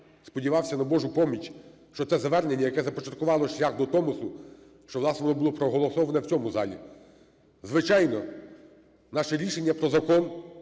сподівався на Божу поміч, що це звернення, яке започаткувало шлях до Томосу, що, власне, воно було проголосовано в цьому залі. Звичайно, наше рішення про Закон